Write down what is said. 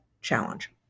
challenge